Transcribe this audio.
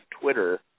Twitter